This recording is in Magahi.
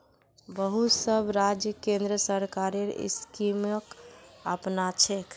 बहुत सब राज्य केंद्र सरकारेर स्कीमक अपनाछेक